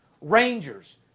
Rangers